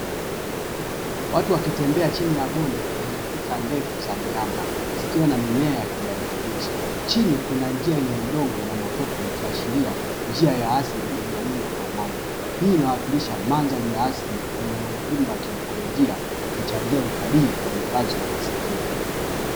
Watu wakitembea chini ya bonde lenye kuta ndefu za miamba zikiwa na mimea ya kijani kibichi. Chini kuna njia yenye udongo na matope ikiashiria njia ya asili iliyoundwa kwa maji. Hii inawakilisha mandhari ya asili yenye umuhimu wa kiikolojia ikichangia utalii na uhifadhi wa mazingira.